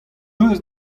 eus